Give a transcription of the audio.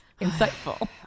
Insightful